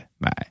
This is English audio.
bye